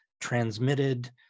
transmitted